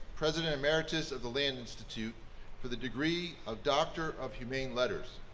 president emeritus of the land institute for the degree of doctor of humane letters.